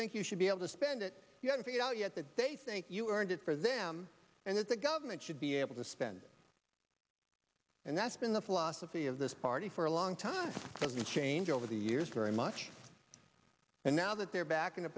think you should be able to spend it you haven't figured out yet that they think you earned it for them and it's the government should be able to spend and that's been the philosophy of this party for a long time doesn't change over the years very much and now that they're back in a